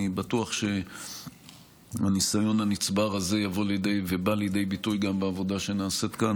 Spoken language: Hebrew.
אני בטוח שהניסיון הנצבר הזה יבוא ובא לידי ביטוי גם בעבודה שנעשית כאן.